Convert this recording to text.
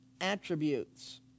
attributes